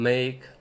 Make